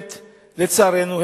לצערנו,